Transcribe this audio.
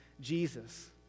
Jesus